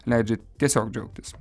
leidžia tiesiog džiaugtis